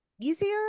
easier